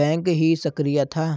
bank ही सक्रिय था